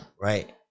right